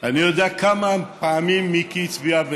אני יודע כמה פעמים מיקי הצביע,